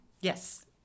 Yes